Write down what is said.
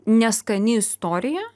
neskani istorija